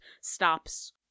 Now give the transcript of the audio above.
stops